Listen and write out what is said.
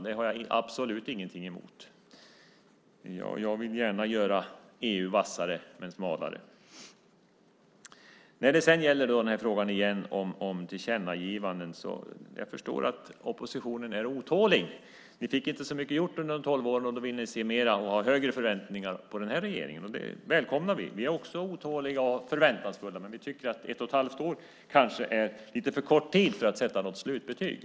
Det har jag absolut ingenting emot. Jag vill gärna göra EU vassare men smalare. När det gäller frågan om tillkännagivanden förstår jag att oppositionen är otålig. Ni fick inte så mycket gjort under de tolv åren. Då vill ni se mer och har högre förväntningar på den här regeringen. Det välkomnar vi. Vi är också otåliga och förväntansfulla. Men vi tycker att ett och ett halvt år kanske är lite för kort tid för att sätta något slutbetyg.